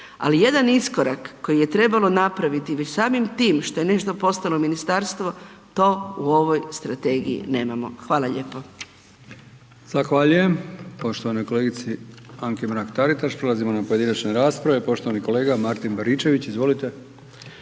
Ali, jedan iskorak koji je trebalo napraviti već samim tim što je nešto postalo ministarstvo, to u ovoj strategiji nemamo. Hvala lijepo.